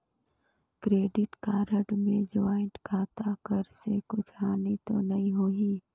Credit कारड मे ज्वाइंट खाता कर से कुछ हानि तो नइ होही?